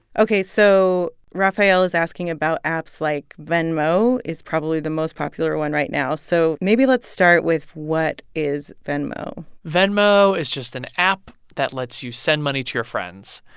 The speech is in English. ok, so rafael is asking about apps like venmo is probably the most popular one right now. so maybe let's start with, what is venmo? venmo is just an app that lets you send money to your friends.